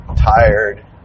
tired